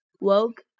woke